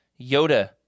Yoda